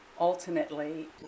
Ultimately